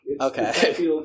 Okay